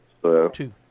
two